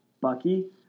Bucky